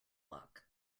luck